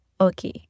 Okay